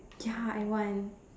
ya I want